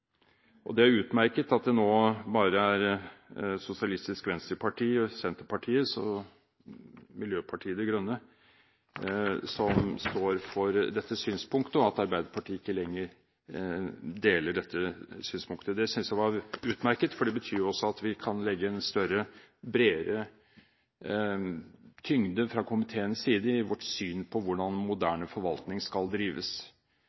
Det er utmerket at det nå bare er Sosialistisk Venstreparti, Senterpartiet og Miljøpartiet De Grønne som står for dette, og at Arbeiderpartiet ikke lenger deler dette synspunktet. Det synes jeg er utmerket, for det betyr også at vi kan legge inn større og bredere tyngde fra komiteens side i vårt syn på hvordan moderne forvaltning skal drives.